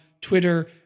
Twitter